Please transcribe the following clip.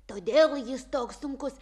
todėl jis toks sunkus